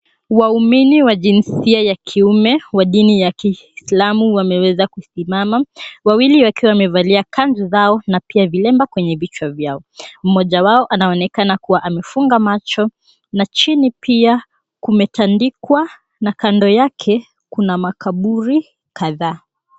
Waumini wa jinsia ya kiume wa dini ya kiislamu wameweza kusimama. Wawili wakiwa wamevalia kanzu zao na pia vilemba kwenye vichwa vyao. Mmoja wao anaonekana kuwa amefunga macho na chini pia kumetandikwa na kando yake kuna makaburi kadhaa.